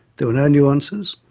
there were no nuances,